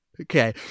Okay